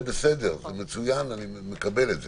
זה בסדר, זה מצוין ואני מקבל את זה.